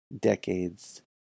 decades